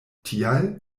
tial